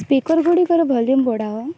speaker ଗୁଡ଼ିକର volume ବଢ଼ାଅ